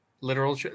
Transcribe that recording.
Literal